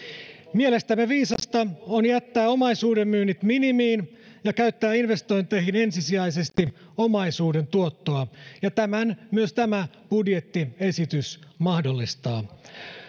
mielestämme viisasta on jättää omaisuudenmyynnit minimiin ja käyttää investointeihin ensisijaisesti omaisuuden tuottoa ja tämän myös tämä budjettiesitys mahdollistaa